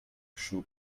shoe